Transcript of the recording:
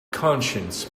conscience